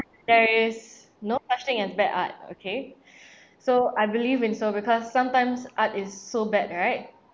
there is no such thing as bad art okay so I believe in so because sometimes art is so bad right